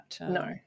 No